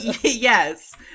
Yes